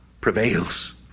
prevails